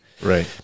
Right